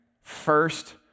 First